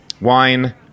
wine